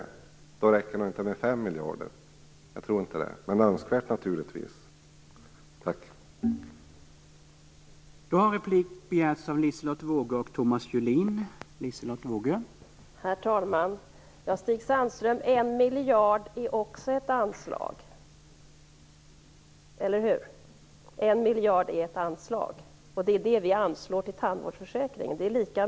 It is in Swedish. Jag tror inte att det räcker med 5 miljarder, men det är naturligtvis önskvärt.